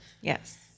Yes